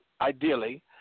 ideally